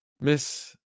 Miss